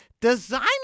Designer